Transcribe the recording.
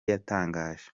yatangaje